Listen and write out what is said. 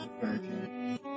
virgin